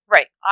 Right